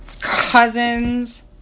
cousin's